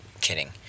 kidding